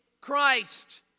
Christ